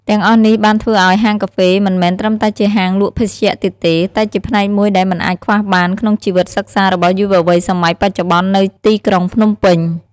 ទាំងអស់នេះបានធ្វើឱ្យហាងកាហ្វេមិនមែនត្រឹមតែជាហាងលក់ភេសជ្ជៈទៀតទេ តែជាផ្នែកមួយដែលមិនអាចខ្វះបានក្នុងជីវិតសិក្សារបស់យុវវ័យសម័យបច្ចុប្បន្ននៅទីក្រុងភ្នំពេញ។